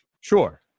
sure